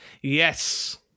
yes